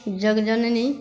जग्जननी